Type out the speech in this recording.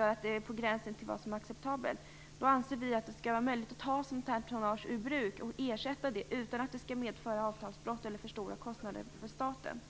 att det är på gränsen till vad som är acceptabelt, anser vi att det skall vara möjligt att ta sådant här tonnage ur bruk och ersätta det, utan att det skall betraktas som avtalsbrott eller innebära alltför stora kostnader för staten.